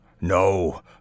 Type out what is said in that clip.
no